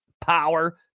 power